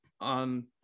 on